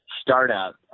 startup